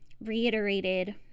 reiterated